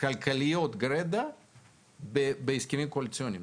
כלכליות גרידא בהסכמים קואליציוניים,